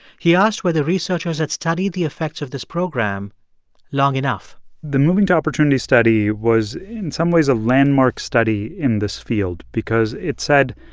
he asked whether researchers had studied the effects of this program long enough the moving to opportunity study was, in some ways, a landmark study in this field because it said,